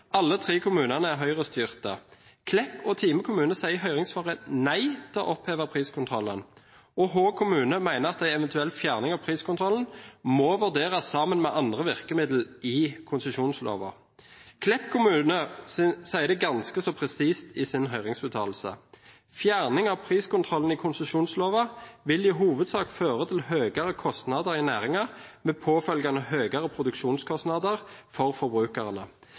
Alle tre kommunene er Høyre-styrt. Klepp og Time kommune sier i høringssvaret nei til å oppheve priskontrollen, og Hå kommune mener at en eventuell fjerning av priskontrollen må vurderes sammen med andre virkemidler i konsesjonsloven. Klepp kommune sier ganske så presist i sine høringsuttalelser «at fjerning av priskontrollen i konsesjonslova i hovudsak vil føre til høgare kostnadar i næringa med påfølgjande høgare produksjonskostnadar for